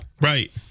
Right